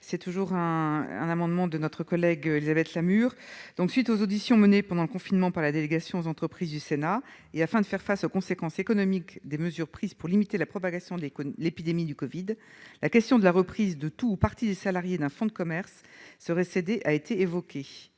est à Mme Laure Darcos. À la suite des auditions menées pendant le confinement par la délégation aux entreprises du Sénat et afin de faire face aux conséquences économiques des mesures prises pour limiter la propagation de l'épidémie de Covid-19, la question de la reprise de tout ou partie des salariés d'un fonds de commerce qui serait cédé a été évoquée.